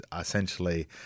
essentially